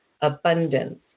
abundance